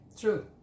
true